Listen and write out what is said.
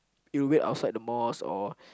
you'll wait outside the mosque or